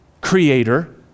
creator